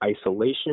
isolation